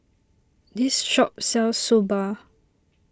this shop sells Soba